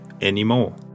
anymore